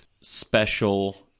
special